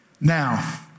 Now